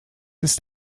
ist